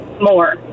more